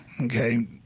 Okay